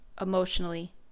emotionally